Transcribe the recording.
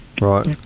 right